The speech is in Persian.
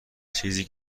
چیزی